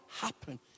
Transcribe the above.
happen